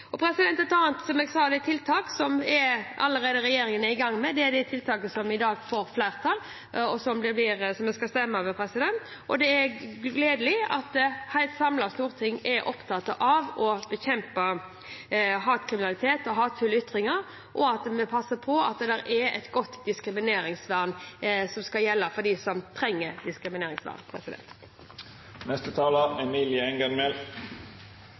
Et annet tiltak som regjeringen allerede er i gang med, er det tiltaket som vi i dag skal stemme over, og som får flertall. Det er gledelig at et samlet storting er opptatt av å bekjempe hatkriminalitet og hatefulle ytringer, og at vi passer på at det er et godt diskrimineringsvern som skal gjelde for dem som trenger diskrimineringsvern.